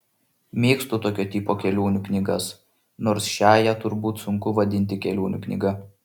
mėgstu tokio tipo kelionių knygas nors šiąją turbūt sunku vadinti kelionių knyga